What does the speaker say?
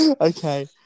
okay